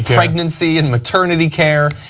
pregnancy and maternity care.